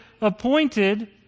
appointed